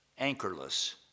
anchorless